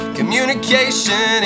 communication